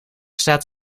staat